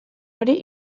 hori